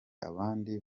abandi